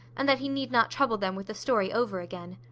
and that he need not trouble them with the story over again.